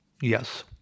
Yes